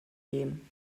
gehen